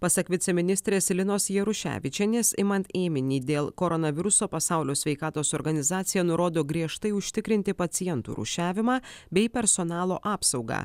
pasak viceministrės linos jaruševičienės imant ėminį dėl koronaviruso pasaulio sveikatos organizacija nurodo griežtai užtikrinti pacientų rūšiavimą bei personalo apsaugą